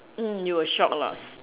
mm you were shocked lah